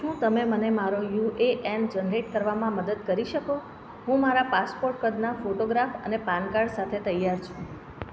શું તમે મને મારો યુ એ એન જનરેટ કરવામાં મદદ કરી શકો હું મારા પાસપોર્ટ કદના ફોટોગ્રાફ અને પાન કાર્ડ સાથે તૈયાર છું